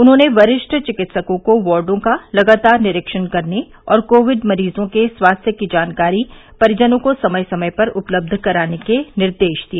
उन्होंने वरिष्ठ चिकित्सकों को वार्डो का लगातार निरीक्षण करने और कोविड मरीजों के स्वास्थ्य की जानकारी परिजनों को समय समय पर उपलब्ध कराने के निर्देश दिए